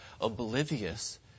oblivious